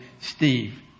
Steve